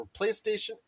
PlayStation